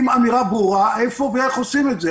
עם אמירה ברורה איפה ואיך עושים את זה.